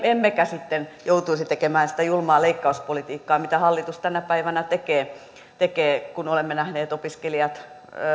emmekä sitten joutuisi tekemään sitä julmaa leikkauspolitiikkaa mitä hallitus tänä päivänä tekee tekee kun olemme nähneet opiskelijat